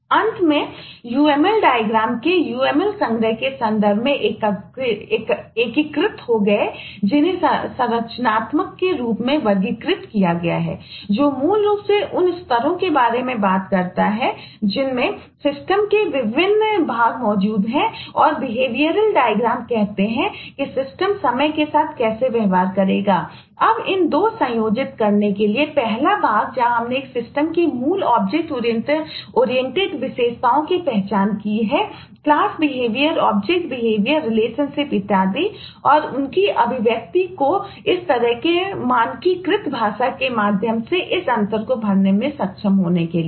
अंत में uml diagram इत्यादि और उनकी अभिव्यक्ति को इस तरह के मानकीकृत भाषा के माध्यम से इस अंतर को भरने में सक्षम होने के लिए